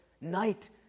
night